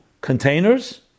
containers